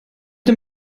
dem